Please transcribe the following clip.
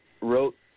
wrote